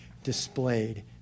displayed